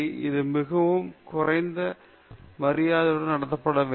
இது மிகுந்த மரியாதையுடன் நடத்தப்பட வேண்டும்